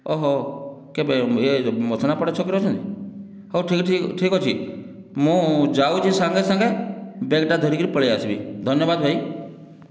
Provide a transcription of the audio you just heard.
ଓଃ ହେଉ କେବେ ଏ ମଦନାପଡ଼ା ଛକରେ ଅଛନ୍ତି ହେଉ ଠିକ୍ ଅଛି ଠିକ୍ ଅଛି ମୁଁ ଯାଉଛି ସଙ୍ଗେ ସଙ୍ଗେ ବ୍ୟାଗ୍ଟା ଧରିକରି ପଳାଇଆସିବି ଧନ୍ୟବାଦ ଭାଇ